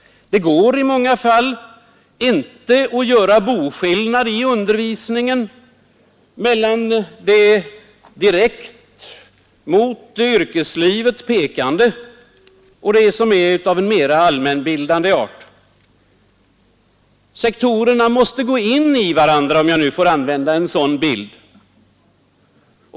Det går i många fall inte att göra boskillnad i undervisningen mellan det direkt mot yrkeslivet pekande och det som är av mera allmänbildande art. Sektorerna måste gå in i varandra, om jag får använda en sådan bild.